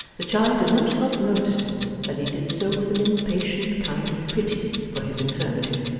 the child could not help noticing that he did so with an impatient kind of pity for his infirmity,